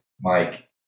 Mike